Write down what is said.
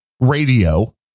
radio